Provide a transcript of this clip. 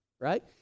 Right